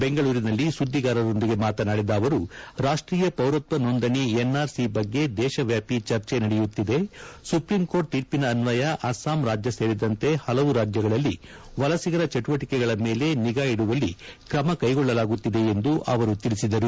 ಬೆಂಗಳೂರಿನಲ್ಲಿ ಸುದ್ದಿಗಾರರೊಂದಿಗೆ ಮಾತನಾಡಿದ ಅವರು ರಾಷ್ರೀಯ ಪೌರತ್ಯ ನೋಂದಣಿ ಎನ್ಆರ್ಸಿ ಬಗ್ಗೆ ಇಡೀ ದೇಶವ್ಯಾಪಿ ಚರ್ಚೆ ನಡೆಯುತ್ತಿದೆ ಸುಪ್ರೀಂಕೋರ್ಟ್ ತೀರ್ಪಿನ ಅನ್ವಯ ಅಸ್ಸಾಂ ರಾಜ್ಯ ಸೇರಿದಂತೆ ಹಲವು ರಾಜ್ಯಗಳಲ್ಲಿ ವಲಸಿಗರ ಚಟುವಟಿಕೆಗಳ ಮೇಲೆ ನಿಗಾ ಇದುವಲ್ಲಿ ಕ್ರಮ ಕೈಗೊಳ್ಳಲಾಗುತ್ತಿದೆ ಎಂದು ಅವರು ತಿಳಿಸಿದರು